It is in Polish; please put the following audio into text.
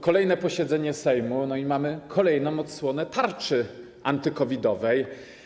Kolejne posiedzenie Sejmu i mamy kolejną odsłonę tarczy anty-COVID-owej.